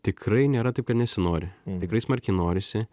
tikrai nėra taip kad nesinori tikrai smarkiai norisi